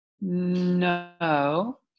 No